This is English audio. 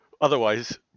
otherwise